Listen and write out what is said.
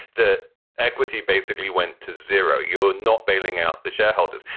the equity basically went to zero. you're not bailing out the shareholders.